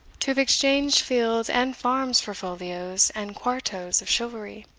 to have exchanged fields and farms for folios and quartos of chivalry.